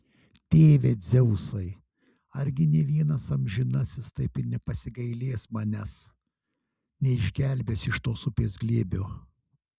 tėve dzeusai argi nė vienas amžinasis taip ir nepasigailės manęs neišgelbės iš tos upės glėbio